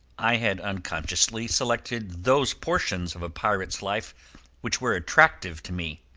i had unconsciously selected those portions of a pirate's life which were attractive to me,